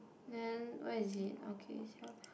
then where is it okay it's here